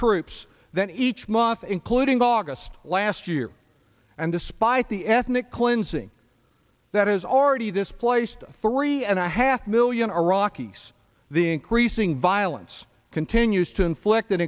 troops than each month including august last year and despite the ethnic cleansing that has already this placed three and a half million iraqis the increasing violence continues to inflict